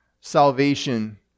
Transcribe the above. salvation